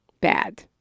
bad